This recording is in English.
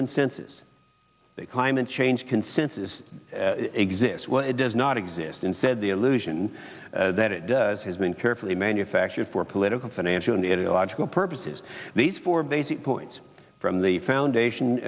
consensus that climate change consensus exists when it does not exist instead the illusion that it does has been carefully manufactured for political financial and illogical purposes these four basic points from the foundation